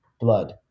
Blood